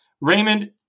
Raymond